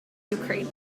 ukraine